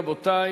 רבותי,